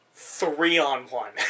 three-on-one